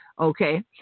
Okay